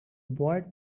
boy